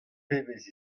pebezh